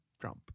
Trump